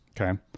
okay